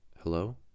Hello